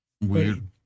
Weird